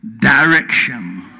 direction